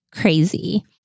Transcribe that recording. crazy